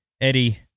Eddie